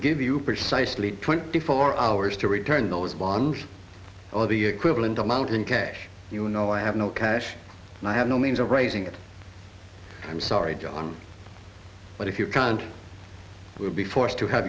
give you precise lead twenty four hours to return those bonds all the equivalent amount in cash you know i have no cash and i have no means of raising it i'm sorry john but if you can't be forced to have